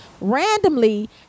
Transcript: Randomly